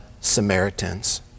Samaritans